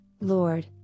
Lord